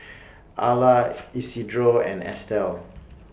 Arla Isidro and Estel